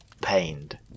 Pained